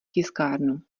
tiskárnu